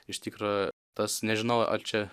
iš tikro tas nežinau ar čia